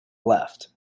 left